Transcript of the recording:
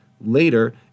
later